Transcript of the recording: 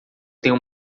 tenho